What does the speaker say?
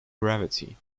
gravity